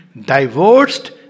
divorced